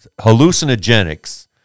hallucinogenics